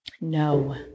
No